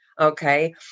Okay